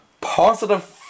positive